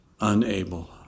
unable